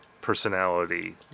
personality